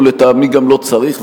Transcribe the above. ולטעמי גם לא צריך,